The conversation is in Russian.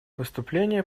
выступление